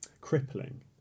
crippling